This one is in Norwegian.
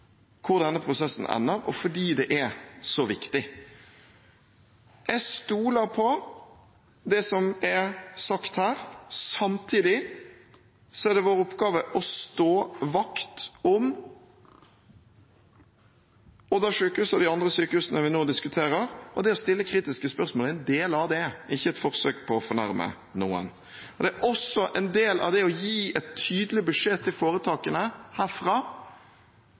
hvor denne prosessen ender, og fordi det er så viktig. Jeg stoler på det som er sagt her, samtidig er det vår oppgave å stå vakt om Odda sjukehus og de andre sykehusene vi nå diskuterer, og det å stille kritiske spørsmål er en del av det, ikke et forsøk på å fornærme noen. Det er også en del av det å gi en tydelig beskjed til foretakene herfra